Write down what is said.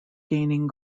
gaining